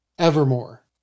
Evermore